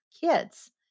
kids